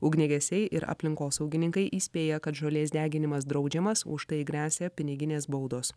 ugniagesiai ir aplinkosaugininkai įspėja kad žolės deginimas draudžiamas už tai gresia piniginės baudos